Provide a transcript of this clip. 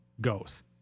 goes